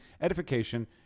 edification